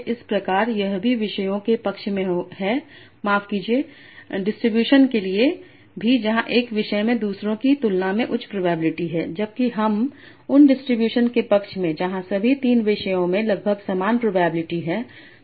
इस प्रकारयह भी विषयों के पक्ष में है माफ कीजिएगा डिस्ट्रीब्यूशन के लिए भी जहाँ एक विषय में दूसरों की तुलना में उच्च प्रोबेबिलिटी है जबकि हम उन डिस्ट्रीब्यूशन के पक्ष में हैं जहां सभी 3 विषयों में लगभग समान प्रोबेबिलिटी है